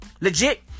Legit